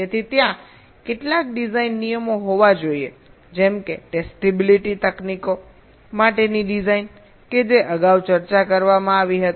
તેથી ત્યાં કેટલાક ડિઝાઇન નિયમો હોવા જોઈએ જેમ કે ટેસ્ટિબિલિટી તકનીકો માટેની ડિઝાઇન કે જે અગાઉ ચર્ચા કરવામાં આવી હતી